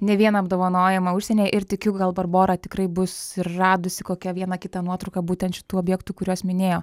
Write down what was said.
ne vieną apdovanojimą užsienyje ir tikiu gal barbora tikrai bus ir radusi kokią vieną kitą nuotrauką būtent šitų objektų kuriuos minėjo